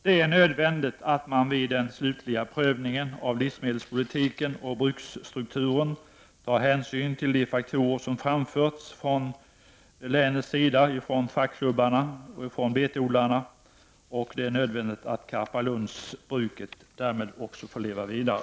Det är nödvändigt att vid den slutliga prövningen av livsmedelspolitiken och bruksstrukturen ta hänsyn till de faktorer som framförts från länets sida, från fackklubbarna och betodlarna, och det är nödvändigt att Karpalundsbruket får leva vidare.